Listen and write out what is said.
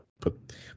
put